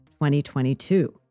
2022